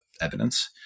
evidence